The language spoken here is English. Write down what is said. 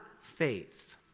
faith